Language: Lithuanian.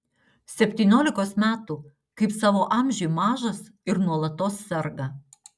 septyniolikos metų kaip savo amžiui mažas ir nuolatos serga